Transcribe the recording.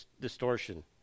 distortion